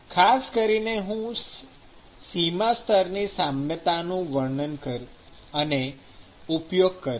ખાસ કરીને હું સીમાસ્તરની સામ્યતા નું વર્ણન અને ઉપયોગ કરીશ